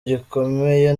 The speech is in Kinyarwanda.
gikomeye